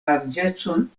larĝecon